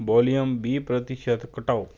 volume ਵੀਹ ਪ੍ਰਤੀਸ਼ਤ ਘਟਾਓ